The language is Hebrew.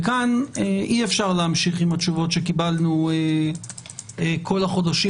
וכאן אי אפשר להמשיך עם התשובות שקיבלנו כל החודשים